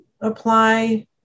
apply